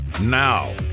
Now